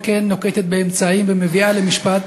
וכן נוקטת אמצעים ומביאה למשפט,